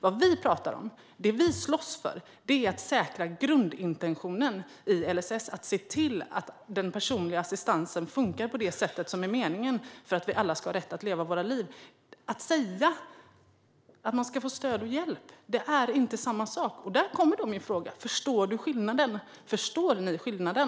Vad vi pratar om - det som vi slåss för - är att säkra grundintentionen i LSS och att se till att den personliga assistansen funkar som det är meningen att den ska göra för att vi alla ska ha rätt att leva våra liv. Att säga att man ska få stöd och hjälp är inte samma sak. Min fråga är: Förstår du skillnaden? Förstår ni skillnaden?